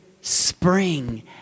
spring